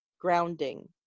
grounding